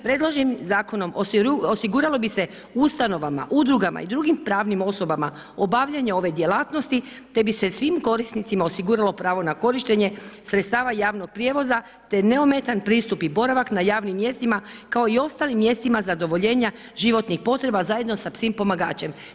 Predloženim zakonom osiguralo bi se ustanovama, udrugama i drugim pravnim osobama obavljanje ove djelatnosti te bi se svim korisnicima osiguralo pravo na korištenje sredstava javnog prijevoza te neometan pristup i boravak na javnim mjestima kao i ostalim mjestima zadovoljenja životnih potreba zajedno sa psom pomagačem.